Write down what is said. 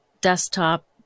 desktop